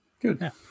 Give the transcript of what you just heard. Good